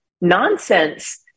nonsense